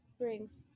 brings